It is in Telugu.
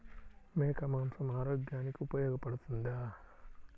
మేక మాంసం ఆరోగ్యానికి ఉపయోగపడుతుందా?